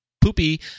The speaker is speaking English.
poopy